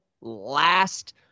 last